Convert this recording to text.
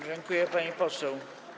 Dziękuję, pani poseł.